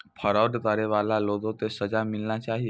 fraud करै बाला लोगो के सजा मिलना चाहियो